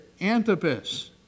Antipas